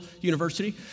University